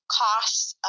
costs